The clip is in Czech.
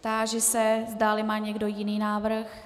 Táži se, zdali má někdo jiný návrh.